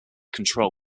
control